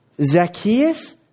Zacchaeus